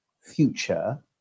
future